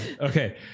Okay